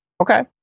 Okay